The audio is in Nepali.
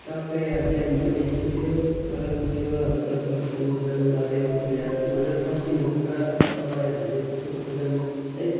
टक्कै अब टाइमभरि सुत्यो टक्कै उठ्यो अब जकिङ सकिङ मजाले गऱ्यो उसले अब मजाले पसिनाहरू पुरा बगायो भने उसको वजन सायद